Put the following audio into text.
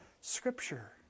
Scripture